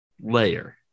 layer